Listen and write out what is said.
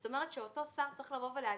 זאת אומרת שאותו שר צריך לבוא ולומר,